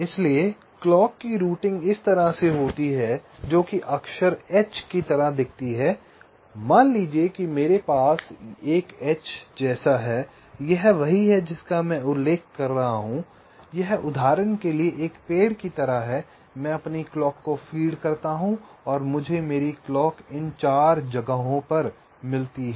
इसलिए घड़ी की रूटिंग इस तरह से होती है जो कि अक्षर H की तरह दिखती है मान लीजिए कि मेरे पास एक H जैसा है यह वही है जिसका मैं उल्लेख कर रहा हूं यह उदाहरण के लिए एक पेड़ की तरह है मैं अपनी क्लॉक फीड करता हूं और मुझे मेरी क्लॉक इन 4 जगहों पर मिलती है